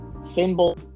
symbol